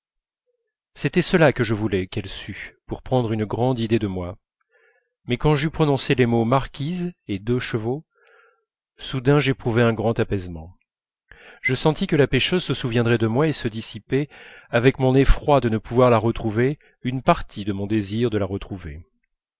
c'était cela que je voulais qu'elle sût pour prendre une grande idée de moi mais quand j'eus prononcé les mots de marquise et deux chevaux soudain j'éprouvai un grand apaisement je sentis que la pêcheuse se souviendrait de moi et se dissiper avec mon effroi de ne pouvoir la retrouver une partie de mon désir de la retrouver